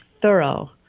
thorough